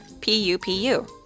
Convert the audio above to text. P-U-P-U